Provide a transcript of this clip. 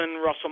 Russell